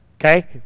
okay